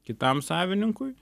kitam savininkui